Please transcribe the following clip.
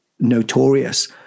Notorious